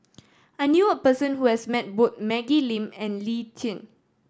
I knew a person who has met both Maggie Lim and Lee Tjin